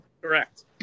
correct